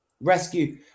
Rescue